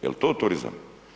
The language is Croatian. Jel' to turizam?